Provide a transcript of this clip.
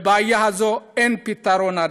לבעיה הזאת עדיין אין פתרון.